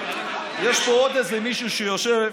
יש פה עוד איזה מישהו שיושב,